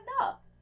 up